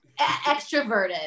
extroverted